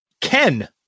Ken